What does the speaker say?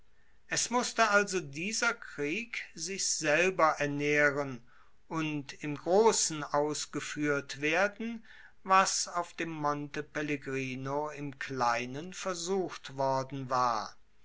es musste also dieser krieg sich selber ernaehren und im grossen ausgefuehrt werden was auf dem monte pellegrino im kleinen versucht worden war